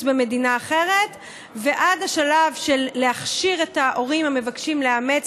במדינה אחרת ועד השלב של להכשיר את ההורים המבקשים לאמץ,